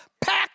Pack